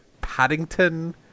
Paddington